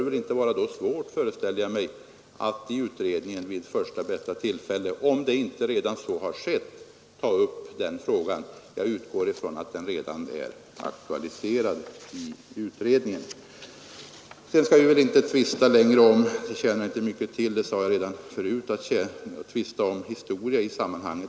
Det bör väl då, föreställer jag mig, inte vara svårt att vid första bästa tillfälle ta upp frågan i utredningen, om så inte redan har skett. Jag utgår dock ifrån att den redan har aktualiserats. Det tjänar inte mycket till — det sade jag redan förut — att tvista om historia i detta sammanhang.